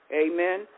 Amen